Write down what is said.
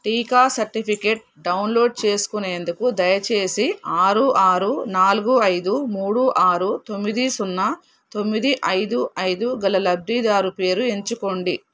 టీకా certificate download చేసుకునేందుకు దయచేసి ఆరు ఆరు నాలుగు ఐదు మూడు ఆరు తొమ్మిది సున్నా తొమ్మిది ఐదు ఐదు గల లబ్ధిదారు పేరు ఎంచుకోండి